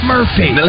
Murphy